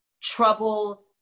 troubled